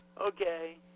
Okay